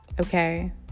okay